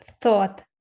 thought